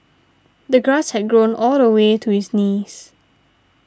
the grass had grown all the way to his knees